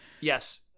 Yes